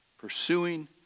Pursuing